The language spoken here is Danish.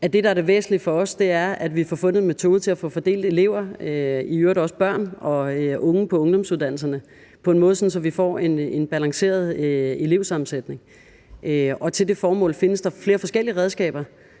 det væsentlige for os, er, at vi får fundet en metode til at få fordelt elever, i øvrigt også børn og unge på ungdomsuddannelserne, sådan at vi får en balanceret elevsammensætning. Til det formål findes der flere forskellige redskaber,